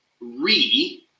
re